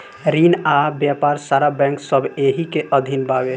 रिन आ व्यापार सारा बैंक सब एही के अधीन बावे